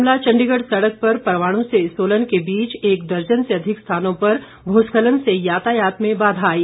शिमला चंडीगढ़ सड़क पर परवाणु से सोलन के बीच एक दर्जन से अधिक स्थानों पर भूस्खलन से यातायात में बाधा आई